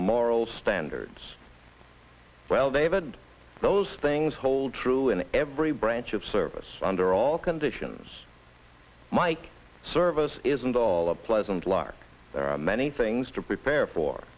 moral standards well david and those things hold true in every branch of service under all conditions mike service isn't all a pleasant lark there are many things to prepare for